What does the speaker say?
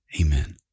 Amen